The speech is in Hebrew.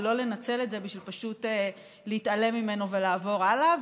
ולא לנצל את זה בשביל פשוט להתעלם ממנו ולעבור הלאה.